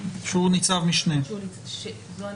זאת אני.